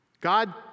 God